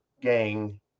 gang